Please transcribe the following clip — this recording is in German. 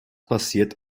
passiert